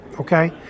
okay